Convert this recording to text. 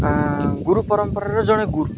ଗୁରୁ ପରମ୍ପରାର ଜଣେ ଗୁରୁ